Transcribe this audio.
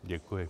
Děkuji.